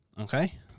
Okay